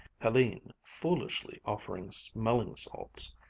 helene foolishly offering smelling-salts,